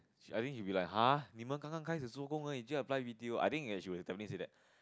I think he will be like !huh! 你们刚刚开始做工而已就: ni men gang gang kai shi zuo gong er yi jiu apply B_T_O I think ya he will definitely say that